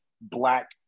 Black